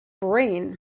brain